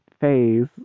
phase